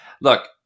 Look